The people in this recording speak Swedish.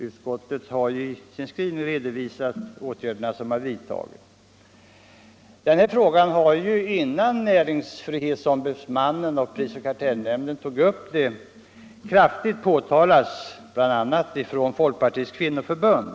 Utskottet har också i sin skrivning redovisat de åtgärder som vidtagits. Förhållandena på området har ju, innan näringsfrihetsombudsmannen och prisoch kartellnämnden tog upp saken, kraftigt påtalats bl.a. av Folkpartiets kvinnoförbund.